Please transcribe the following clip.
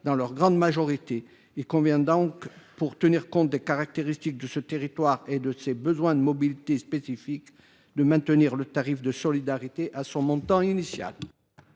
par avion. Il convient donc, pour tenir compte des caractéristiques de ce territoire et de ses besoins de mobilité spécifiques, de maintenir le tarif de solidarité à son montant initial.